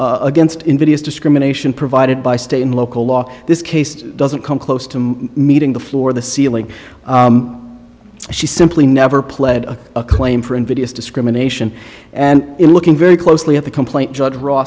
against invidious discrimination provided by state and local law this case doesn't come close to meeting the floor the ceiling she simply never pled a claim for invidious discrimination and in looking very closely at the complaint judge r